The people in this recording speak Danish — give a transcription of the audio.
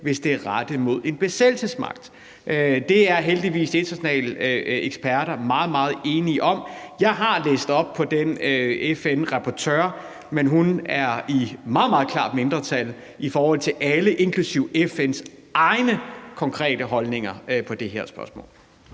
hvis det er rettet mod en besættelsesmagt. Det er internationale eksperter heldigvis meget, meget enige om. Jeg har læst op på den FN-rapportør, men hun er i meget, meget klart mindretal i forhold til alle, inklusive FN's egne konkrete holdninger til det her spørgsmål.